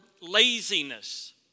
laziness